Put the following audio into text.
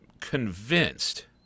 convinced